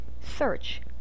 search